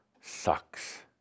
sucks